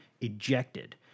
ejected